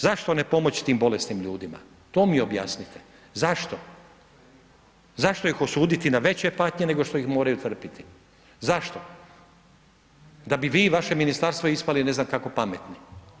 Zašto ne pomoć tim bolesnim ljudima, to mi objasnite, zašto, zašto ih osuditi na veće patnje nego što ih moraju trpiti, zašto, da bi vi i vaše ministarstvo ispali ne znam kako pametni.